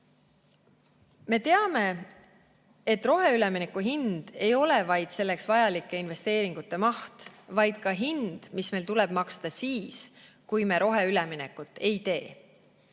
teame, et roheülemineku hind ei ole vaid selleks vajalike investeeringute maht, vaid ka hind, mis meil tuleb maksta siis, kui me roheüleminekut ei tee.